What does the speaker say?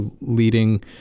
leading